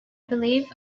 believe